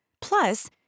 Plus